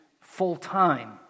full-time